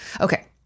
Okay